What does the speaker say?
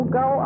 go